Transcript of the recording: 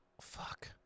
Fuck